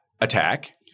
attack